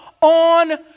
on